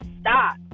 stop